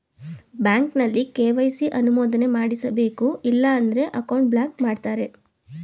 ಬ್ಯಾಂಕಲ್ಲಿ ಕೆ.ವೈ.ಸಿ ಅನುಮೋದನೆ ಮಾಡಿಸಬೇಕು ಇಲ್ಲ ಅಂದ್ರೆ ಅಕೌಂಟ್ ಬ್ಲಾಕ್ ಮಾಡ್ತಾರೆ